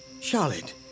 Charlotte